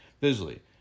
visually